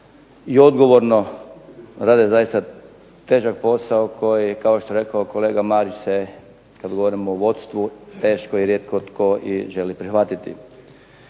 i odgovorno, rade zaista težak posao koji, kao što je rekao kolega Marić se kad govorimo o vodstvu teško i rijetko tko i želi prihvatiti.